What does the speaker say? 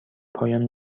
پایان